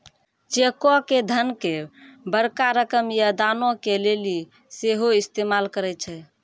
चेको के धन के बड़का रकम या दानो के लेली सेहो इस्तेमाल करै छै